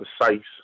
precise